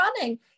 running